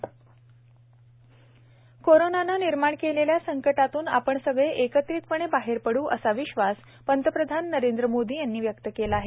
मन की बात एअर कोरोनानं निर्माण केलेल्या संकटातून आपण सगळे एकत्रितपणे बाहेर पडू असा विश्वास पंतप्रधान नरेंद्र मोदी यांनी व्यक्त केला आहे